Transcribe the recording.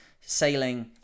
sailing